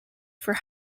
for